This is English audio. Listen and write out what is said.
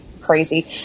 crazy